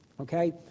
Okay